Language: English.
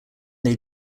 they